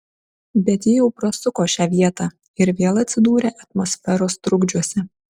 bet ji jau prasuko šią vietą ir vėl atsidūrė atmosferos trukdžiuose